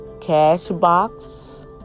Cashbox